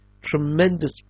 tremendous